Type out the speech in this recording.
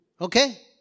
okay